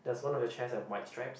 does one of your chairs has white stripes